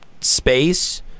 space